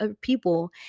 people